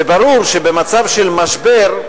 וברור שבמצב של משבר,